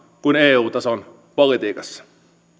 kuin eu tason politiikassa